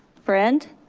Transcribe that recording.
friend?